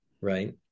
Right